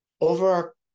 Over